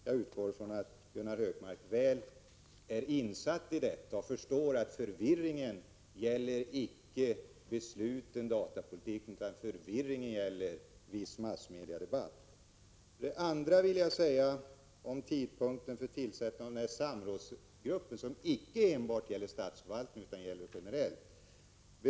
Jag utgår ifrån att Gunnar Hökmark är väl insatt i detta och förstår att förvirringen icke finns i besluten eller datapolitiken, utan förvirringen finns i viss massmediadebatt. Om tidpunkten för tillsättandet av samrådsgruppen, vars arbete icke enbart skall gälla statsförvaltningen utan vara mera generellt, vill jag säga följande.